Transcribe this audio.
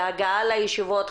והגעה לישיבות,